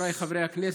חבריי חברי הכנסת,